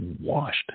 washed